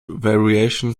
variation